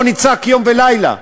בוא נצעק יום ולילה.